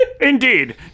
Indeed